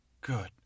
good